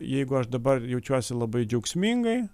jeigu aš dabar jaučiuosi labai džiaugsmingai